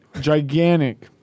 gigantic